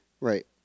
right